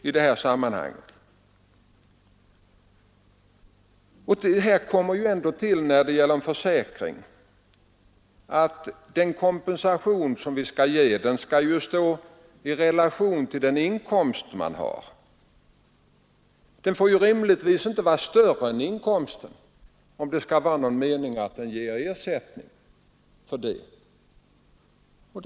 När det gäller en försäkring tillkommer ju även att den kompensation som skall utgå skall stå i relation till den inkomst man har. Kompensationen får ju rimligtvis inte vara större än inkomsten om det skall vara någon mening i begreppet ersättning för inkomstbortfall.